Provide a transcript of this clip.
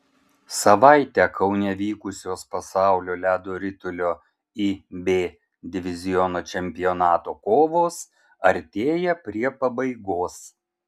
savaitę kaune vykusios pasaulio ledo ritulio ib diviziono čempionato kovos artėja prie pabaigos